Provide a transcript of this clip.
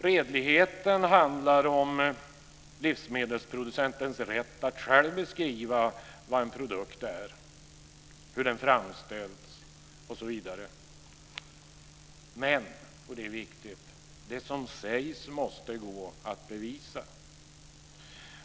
Redligheten handlar om livsmedelsproducentens rätt att själv beskriva vad en produkt är, hur den framställts osv. Men, och det är viktigt, det som sägs måste gå att bevisa.